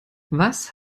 was